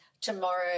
Tomorrow